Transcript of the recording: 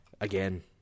again